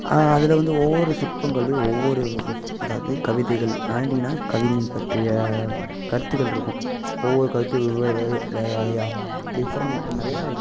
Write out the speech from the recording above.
அதில் வந்து ஒவ்வொரு சிற்பங்கள்லேயும் ஒவ்வொரு அதாவது கவிதைகள் கவிஞன் பற்றிய கருத்துகள் இருக்கும் ஒவ்வொரு கருத்துகள் வெவ்வேறு வேறே வேறேயா டிஃப்ரனேட் நிறையா இருக்கும்